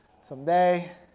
someday